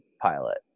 pilot